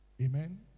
Amen